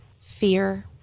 fear